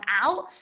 out